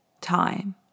time